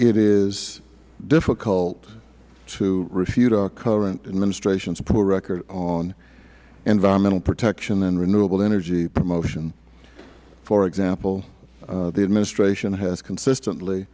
it is difficult to refute our current administration's poor record on environmental protection and renewable energy promotion for example the administration has consistently